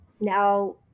now